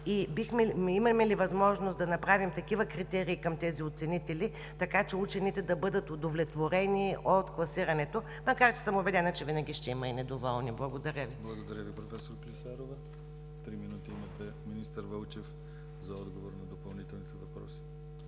и имаме ли възможност да направим такива критерии към тези оценители, така че учените да бъдат удовлетворени от класирането, макар че, съм убедена, че ще винаги ще има и недоволни? Благодаря Ви. ПРЕДСЕДАТЕЛ ДИМИТЪР ГЛАВЧЕВ: Благодаря Ви, проф. Клисарова. Три минути имате, министър Вълчев, за отговор на допълнителните въпроси.